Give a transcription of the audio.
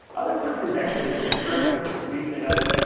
other countries actually experiment with this, sweden and others,